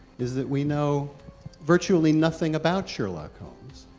is that we know virtually nothing about sherlock holmes,